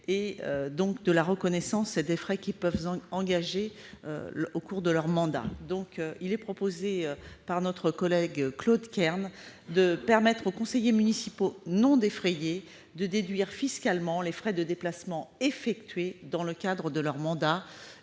de prendre en compte les frais qu'ils sont amenés à engager au cours de leur mandat. Il est proposé par notre collègue Claude Kern de permettre aux conseillers municipaux non défrayés de déduire fiscalement les frais de déplacement effectués dans le cadre de leur mandat.